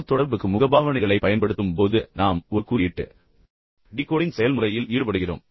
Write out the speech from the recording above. தகவல்தொடர்புக்கு முகபாவனைகளைப் பயன்படுத்தும் போது நாம் ஒரு குறியீட்டு டிகோடிங் செயல்முறையில் ஈடுபடுகிறோம்